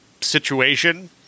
situation